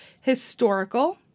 historical